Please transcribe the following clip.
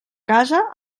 casa